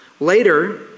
Later